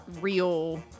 real